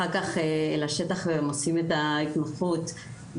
אחר כך הם יוצאים לשטח ועושים את ההתמחות במשרד